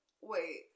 Wait